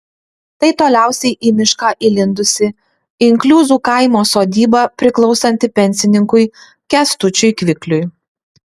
tai toliausiai į mišką įlindusi inkliuzų kaimo sodyba priklausanti pensininkui kęstučiui kvikliui